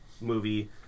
movie